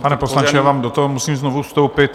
Pane poslanče, já vám do toho musím znovu vstoupit.